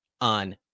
on